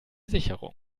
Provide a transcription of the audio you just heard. sicherung